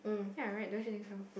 ya right don't you think so